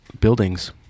buildings